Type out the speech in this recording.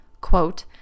Quote